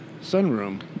sunroom